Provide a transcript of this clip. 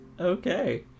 Okay